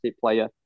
player